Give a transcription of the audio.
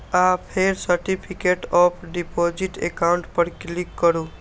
आ फेर certificate of deposit account पर क्लिक करू